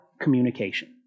communication